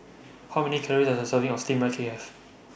How Many Calories Does A Serving of Steamed Rice Cake Have